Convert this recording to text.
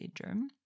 bedroom